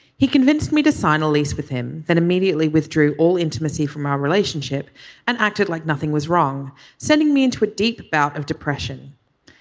he convinced me to sign a lease with him that immediately withdrew all intimacy from our relationship and acted like nothing was wrong sending me into a deep bout of depression.